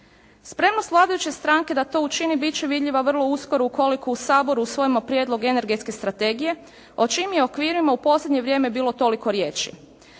Spremnost vladajuće stranke da to učini bit će vidljiva vrlo uskoro ukoliko u Saboru usvojimo prijedlog energetske strategije o čijim je okvirima u posljednje vrijeme bilo toliko riječi.